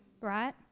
right